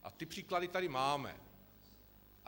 A ty příklady tady máme.